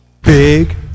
Big